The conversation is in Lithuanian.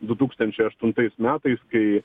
du tūkstančiai aštuntais metais kai